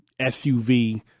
SUV